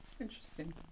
Interesting